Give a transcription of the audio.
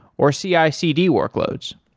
or cicd workloads